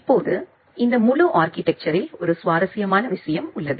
இப்போது இந்த முழு ஆர்கிடெக்சர்ரில் ஒரு சுவாரஸ்யமான விஷயம் உள்ளது